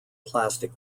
plastic